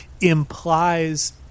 implies